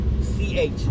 C-H